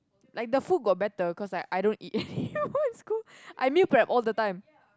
like the food got better cause I I don't eat you know in school I meal prep all the time